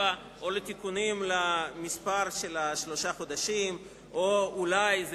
7 או לתיקונים למספר של שלושה החודשים או אולי זה